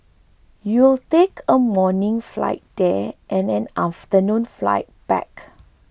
you'll take a morning flight there and an afternoon flight back